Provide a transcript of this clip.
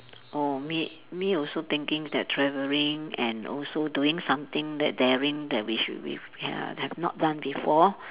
oh me me also thinking that travelling and also doing something that daring that we should we have have not done before